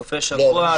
סופי שבוע,